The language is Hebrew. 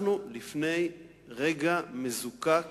אנחנו לפני רגע מזוקק